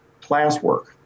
classwork